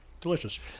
Delicious